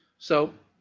so,